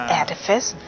edifice